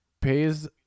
pays